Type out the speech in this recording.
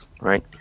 right